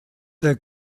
der